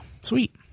sweet